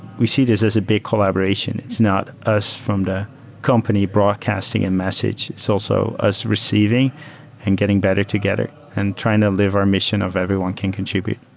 we see this as a big collaboration. it's not us from the company broadcasting a message. it's also us receiving and getting better together and trying to live our mission of everyone can contribute.